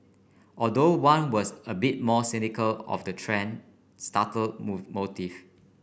although one was a bit more cynical of the thread starter motive